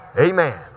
Amen